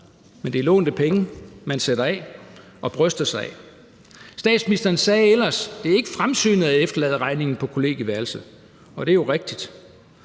men det er lånte penge, man sætter af og bryster sig af. Statsministeren sagde ellers, at det ikke er fremsynet at efterlade regningen på kollegieværelset, og det er jo rigtigt,